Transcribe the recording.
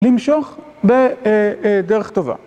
למשוך בדרך טובה.